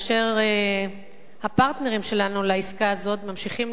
כאשר הפרטנרים שלנו לעסקה הזאת ממשיכים